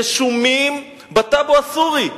רשומים בטאבו הסורי.